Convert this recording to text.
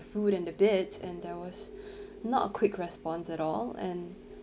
food and the beds and there was not a quick response at all and